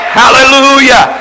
hallelujah